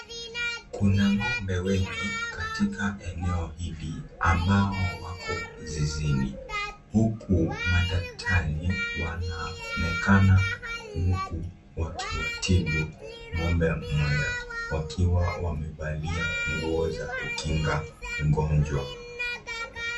Kuna ngone wengi katika eneo hili ambao wako zizini huku madaktari wanonekana wakiwatibu ngombe mmoja wakiwa wamevalia nguo za kukinga ugonjwa .